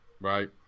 right